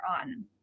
on